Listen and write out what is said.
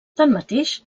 tanmateix